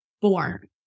born